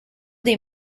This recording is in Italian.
dei